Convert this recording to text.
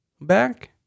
back